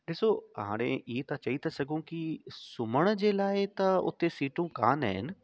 ॾिसो हाणे ई त चई था सघूं की सुम्हण जे लाइ त उते सीटूं कान आहिनि